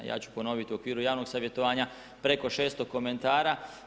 I ja ću ponoviti u okviru javnog savjetovanja preko 600 komentara.